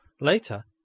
later